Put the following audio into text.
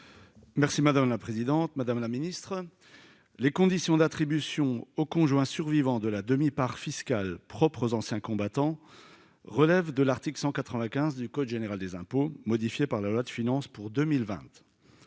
Merci madame la présidente, madame la ministre, les conditions d'attribution au conjoint survivant de la demi-part fiscale propre aux anciens combattants, relève de l'article 195 du code général des impôts, modifié par la loi de finances pour 2020